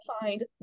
find